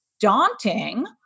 daunting